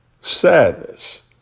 sadness